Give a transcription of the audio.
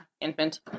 infant